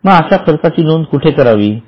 मग अशा खर्चाची नोंद कुठे करावी